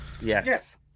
yes